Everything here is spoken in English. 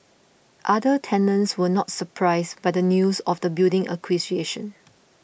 other tenants were not surprised by the news of the building's acquisition